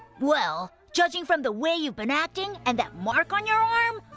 well, judging from the way you've been acting and that mark on your arm,